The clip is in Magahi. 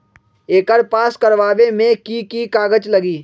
एकर पास करवावे मे की की कागज लगी?